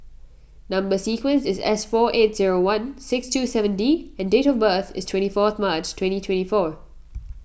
Number Sequence is S four eight zero one six two seven D and date of birth is twenty fourth March twenty twenty four